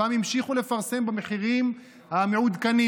לפ"מ המשיכו לפרסם במחירים המעודכנים.